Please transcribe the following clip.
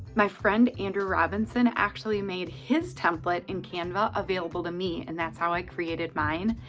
my friend, andrew robinson, actually made his template in canva available to me and that's how i created mine.